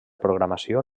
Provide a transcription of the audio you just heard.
programació